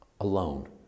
alone